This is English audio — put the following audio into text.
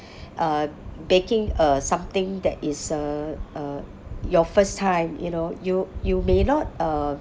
uh baking uh something that is uh uh your first time you know you you may not uh